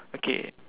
okay